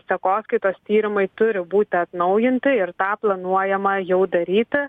sekoskaitos tyrimai turi būti atnaujinti ir tą planuojama jau daryti